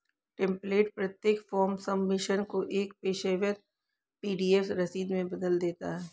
template प्रत्येक form submission को एक पेशेवर पी.डी.एफ रसीद में बदल देता है